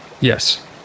Yes